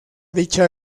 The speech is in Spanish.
dicha